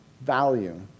value